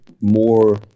more